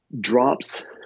drops